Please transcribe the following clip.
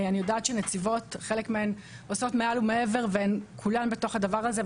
אני יודעת שחלק מהנציבות עושות מעל ומעבר והן כולן בתוך הדבר הזה,